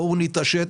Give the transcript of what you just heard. בואו נתעשת,